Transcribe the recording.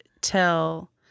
tell